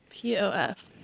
P-O-F